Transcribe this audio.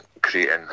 creating